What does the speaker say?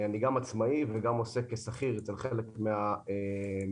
אני גם עצמאי וגם עוסק כשכיר אצל חלק מן המארגנים.